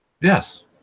Yes